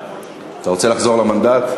אתה רוצה לחזור למנדט?